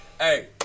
Hey